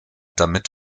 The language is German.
damit